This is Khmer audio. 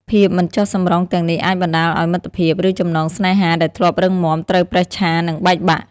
ភាពមិនចុះសម្រុងទាំងនេះអាចបណ្ដាលឲ្យមិត្តភាព ឬចំណងស្នេហាដែលធ្លាប់រឹងមាំត្រូវប្រេះឆា និងបែកបាក់។